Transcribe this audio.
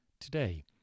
Today